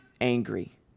angry